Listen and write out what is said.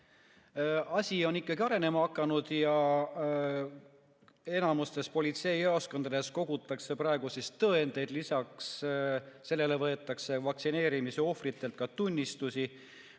asi on ikkagi arenema hakanud ja enamikus politseijaoskondades kogutakse praegu tõendeid. Lisaks sellele võetakse vaktsineerimise ohvritelt ka tunnistusi,